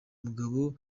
mugabo